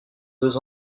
deux